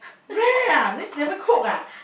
rare ah means never cook ah